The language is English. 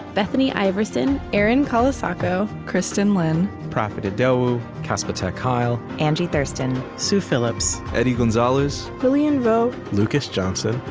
bethany iverson, erin colasacco, kristin lin, profit idowu, casper ter kuile, angie thurston, sue phillips, eddie gonzalez, lilian vo, lucas johnson,